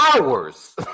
hours